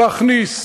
להכניס